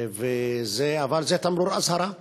אבל זה תמרור אזהרה.